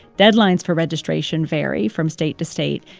deadlines for registration vary from state to state.